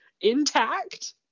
intact